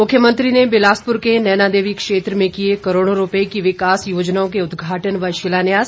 मुख्यमंत्री ने बिलासपुर के नैनादेवी क्षेत्र में किए करोड़ों रूपए की विकास योजनाओं के उदघाटन व शिलान्यास